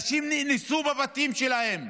נשים נאנסו בבתים שלהם,